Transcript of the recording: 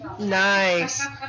Nice